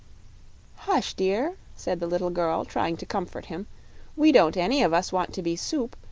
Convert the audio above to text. hush, dear, said the little girl, trying to comfort him we don't any of us want to be soup.